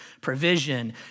provision